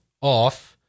off